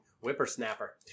whippersnapper